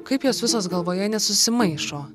kaip jos visos galvoje nesusimaišo